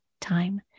time